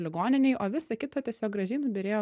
ligoninei o visa kita tiesiog gražiai nubyrėjo